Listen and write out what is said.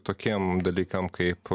tokiem dalykam kaip